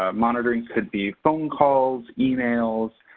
ah monitoring could be phone calls, emails,